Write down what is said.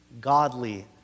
Godly